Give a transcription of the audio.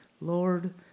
Lord